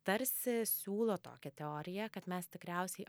tarsi siūlo tokią teoriją kad mes tikriausiai